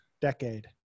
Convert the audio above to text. decade